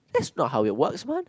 that's not how you what's one